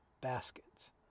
baskets